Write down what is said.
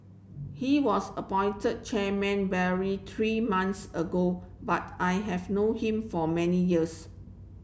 he was appointed chairman three months ago but I have know him for many years